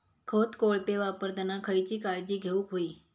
खत कोळपे वापरताना खयची काळजी घेऊक व्हयी?